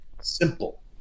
simple